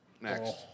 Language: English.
next